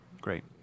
Great